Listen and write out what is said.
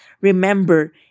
remember